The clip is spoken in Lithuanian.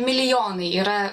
milijonai yra